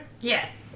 Yes